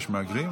יש מהגרים?